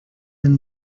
and